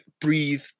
breathe